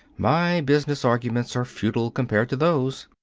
my business arguments are futile compared to those.